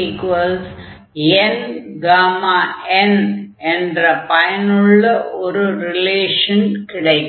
xdx ⟹Γn1nΓn என்ற பயனுள்ள ஒரு ரிலேஷன் கிடைக்கும்